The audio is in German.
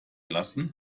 lassen